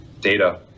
data